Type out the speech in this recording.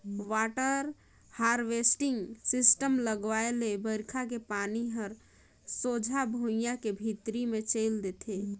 water harvesting system लगवाए ले बइरखा के पानी हर सोझ भुइयां के भीतरी मे चइल देथे